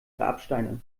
grabsteine